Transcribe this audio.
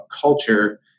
culture